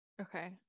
Okay